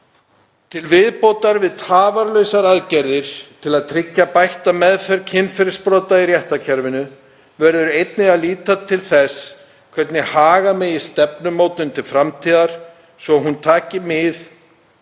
Til viðbótar við tafarlausar aðgerðir til að tryggja bætta meðferð kynferðisbrota í réttarkerfinu verður einnig að líta til þess hvernig haga megi stefnumótun til framtíðar svo hún taki mið af